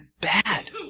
bad